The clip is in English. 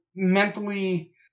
mentally